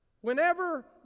Whenever